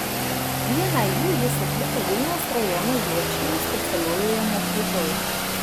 vieną jų jis atliko vilniaus rajono juodšilių specialiojoje mokykloje